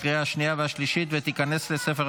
תשעה בעד, אין מתנגדים, אין נמנעים.